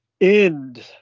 end